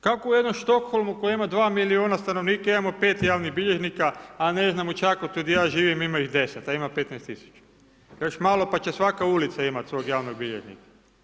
Kako u jednom Stockholmu koji ima 2 milijuna stanovnika imamo 5 javnih bilježnika, a ne znam u Čakovcu di ja živim ima ih 10, a ima 15 000, još malo pa će svaka ulica imat svog javnog bilježnika.